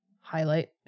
highlight